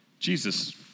Jesus